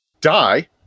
die